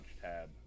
tab